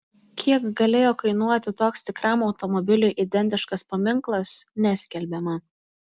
kiek galėjo kainuoti toks tikram automobiliui identiškas paminklas neskelbiama